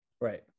Right